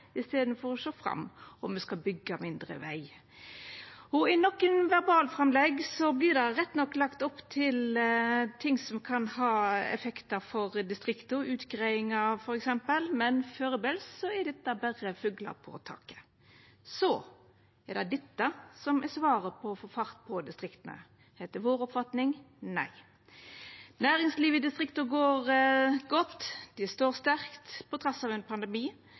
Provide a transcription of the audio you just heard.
i staden for å sjå framover, og me skal byggja mindre veg. I nokre verbalframlegg vert det rett nok lagt opp til ting som kan ha effektar for distrikta, f.eks. utgreiingar, men førebels er dette berre fuglar på taket. Er det dette som er svaret på å få fart på distrikta? Etter vår oppfatning: Nei. Næringslivet i distrikta går godt. Det står sterkt trass i ein pandemi.